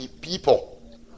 people